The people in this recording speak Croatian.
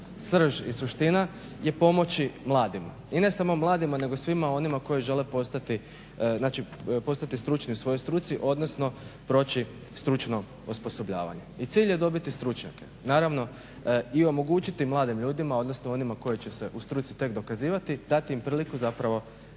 srž i suština je pomoći mladima i ne samo mladima nego svima onima koji žele postati stručni u svojoj struci, odnosno proći stručno osposobljavanje i cilj je dobiti stručnjake, naravno i omogućiti mladim ljudima odnosno onima koji će se u struci tek dokazivati, dati im priliku zapravo